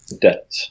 debt